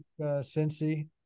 Cincy